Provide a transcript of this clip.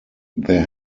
there